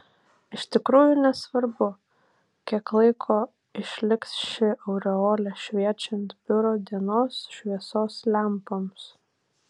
iš tikrųjų nesvarbu kiek laiko išliks ši aureolė šviečiant biuro dienos šviesos lempoms